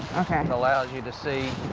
okay. it allows you to see